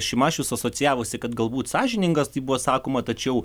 šimašius asocijavosi kad galbūt sąžiningas taip buvo sakoma tačiau